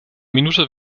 minute